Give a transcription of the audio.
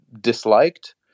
disliked